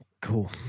Cool